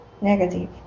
negative